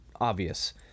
obvious